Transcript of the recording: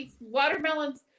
Watermelons